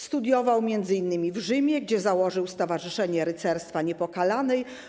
Studiował m.in. w Rzymie, gdzie założył Stowarzyszenie Rycerstwa Niepokalanej.